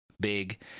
big